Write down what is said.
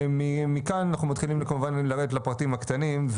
מכאן אנחנו מתחילים כמובן לרדת לפרטים הקטנים,